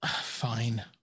Fine